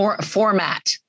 format